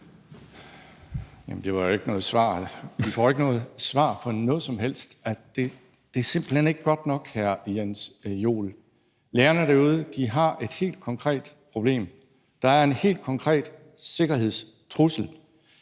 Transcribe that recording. (DF): Det var jo ikke noget svar. Vi får ikke noget svar på noget som helst, og det er simpelt hen ikke godt nok, hr. Jens Joel. Lærerne derude har et helt konkret problem, der er en helt konkret sikkerhedstrussel,